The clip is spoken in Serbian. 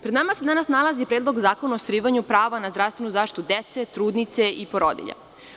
Pred nama sa danas nalazi Predlog zakona o ostvarivanju prava na zdravstvenu zaštitu dece, trudnica i porodilja.